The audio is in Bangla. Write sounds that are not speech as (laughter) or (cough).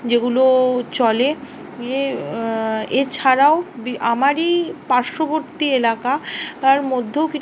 যেগুলো চলে এ এ ছাড়াও (unintelligible) আমারই পার্শ্ববর্তী এলাকা তার মধ্যেও কিছু